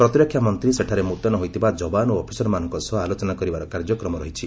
ପ୍ରତିରକ୍ଷା ମନ୍ତ୍ରୀ ସେଠାରେ ମୁତ୍ୟନ ହୋଇଥିବା ଯବାନ ଓ ଅଫିସରମାନଙ୍କ ସହ ଆଲୋଚନା କରିବାର କାର୍ଯ୍ୟକ୍ରମ ରହିଛି